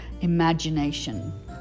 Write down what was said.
imagination